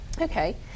Okay